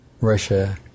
Russia